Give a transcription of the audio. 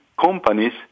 companies